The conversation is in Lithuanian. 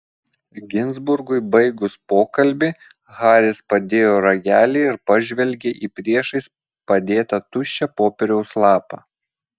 ginzburgui baigus pokalbį haris padėjo ragelį ir pažvelgė į priešais padėtą tuščią popieriaus lapą